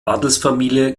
adelsfamilie